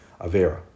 avera